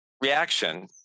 reaction